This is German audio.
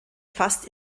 fast